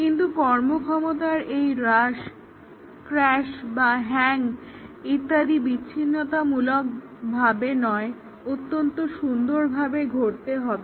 কিন্তু কর্মদক্ষতার এই হ্রাস ক্র্যাশ বা হ্যাং ইত্যাদি বিচ্ছিন্নতামূলকভাবে নয় অত্যন্ত সুন্দরভাবে ঘটতে হবে